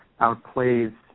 outplays